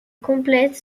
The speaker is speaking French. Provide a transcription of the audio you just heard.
complète